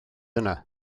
yna